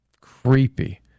creepy